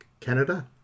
Canada